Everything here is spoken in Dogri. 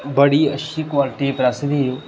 बड़ी अच्छी क्वालिट दी प्रैस थी